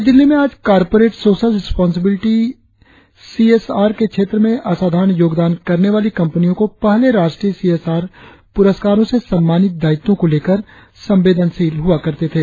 नई दिल्ली में आज corporate social responsibility C S R के क्षेत्र में असाधारण योगदान करने वाली कंपनियों को पहले राष्ट्रीय सी एस आर पुरस्कारों से सम्मानित दायित्वों को लेकर संवेदनशील हुआ करते थे